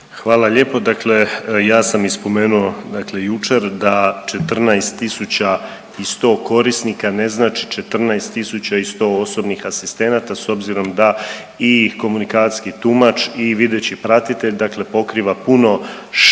Hvala lijepo. Dakle ja sam i spomenuo dakle jučer da 14 tisuća i 100 korisnika ne znači 14 tisuća i 100 osobnih asistenata s obzirom da i komunikacijski tumač i videći pratitelj dakle pokriva puno širi